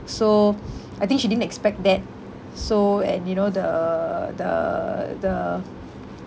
so I think she didn't expect that so and you know the the the